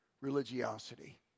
religiosity